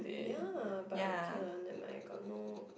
ya but okay lah never mind I got no